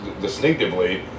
distinctively